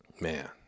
Man